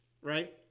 right